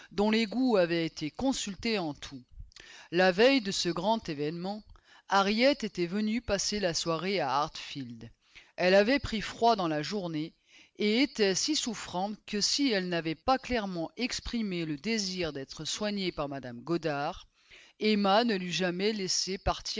dont les goûts avaient été consultés en tout la veille de ce grand événement harriet était venue passer la soirée à hartfield elle avait pris froid dans la journée et était si souffrante que si elle n'avait pas clairement exprimé le désir d'être soignée par mme goddard emma ne l'eût jamais laissée partir